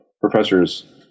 professors